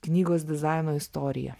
knygos dizaino istoriją